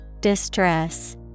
Distress